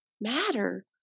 matter